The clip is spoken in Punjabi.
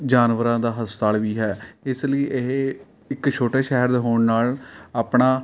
ਜਾਨਵਰਾਂ ਦਾ ਹਸਪਤਾਲ ਵੀ ਹੈ ਇਸ ਲਈ ਇਹ ਇੱਕ ਛੋਟੇ ਸ਼ਹਿਰ ਦੇ ਹੋਣ ਨਾਲ਼ ਆਪਣਾ